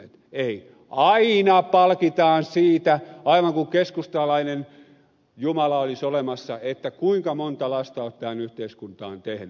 ei aina palkitaan siitä aivan kuin keskustalainen jumala olisi olemassa kuinka monta lasta on tähän yhteiskuntaan tehnyt